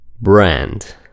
Brand